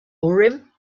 urim